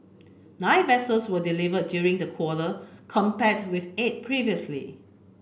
nine vessels were delivered during the quarter compared with eight previously